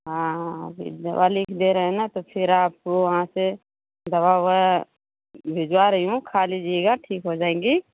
हाँ दे रहे हैं न तो आप फिर वहाँ से दवा भिजवा रहा हूँ खाली खा लीजिये